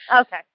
Okay